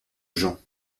gens